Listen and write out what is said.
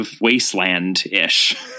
wasteland-ish